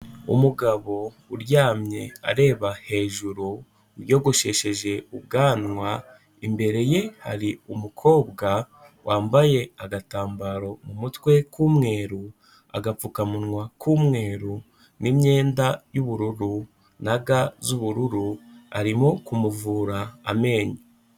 Umugabo uryamye areba hejuru wiyogoshesheje ubwanwa, imbere ye hari umukobwa wambaye agatambaro mu mutwe k'umweru, agapfukamunwa k'umweru n'imyenda y'ubururu na ga z'ubururu, arimo kumuvura amenyo.